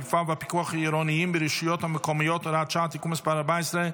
האכיפה והפיקוח העירוניים ברשויות המקומיות (הוראת שעה) (תיקון מס' 14),